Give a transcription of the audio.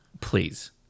Please